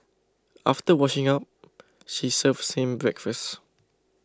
after washing up she serves him breakfast